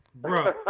Bro